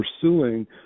pursuing